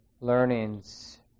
learnings